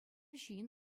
ҫын